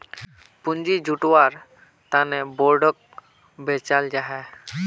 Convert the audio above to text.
पूँजी जुत्वार तने बोंडोक बेचाल जाहा